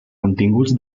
continguts